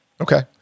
okay